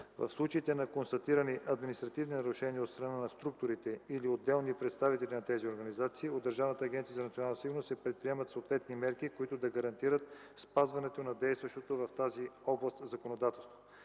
В случаите на констатирани административни нарушения от страна на структурите или отделни представители на тези организации, от Държавната агенция „Национална сигурност” се предприемат съответни мерки, които да гарантират спазването на действащото в тази област законодателство.